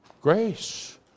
Grace